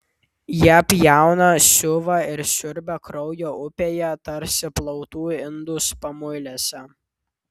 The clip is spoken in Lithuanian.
jie pjauna siuva ir siurbia kraujo upėje tarsi plautų indus pamuilėse